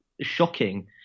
shocking